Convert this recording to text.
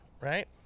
right